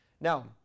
Now